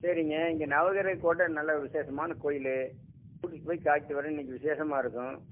சரிங்க இங்கே நவக்கிரக கோட்டை நல்ல விசேஷமான கோயில் கூட்டிகிட்டு போய் காட்டிவிட்டு வரேன் இன்றைக்கு விசேஷமா இருக்கும்